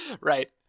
Right